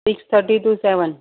six thirty to seven